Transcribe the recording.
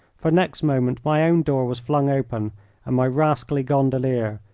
for next moment my own door was flung open and my rascally gondolier,